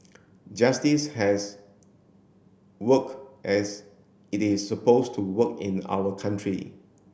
justice has worked as it is supposed to work in our country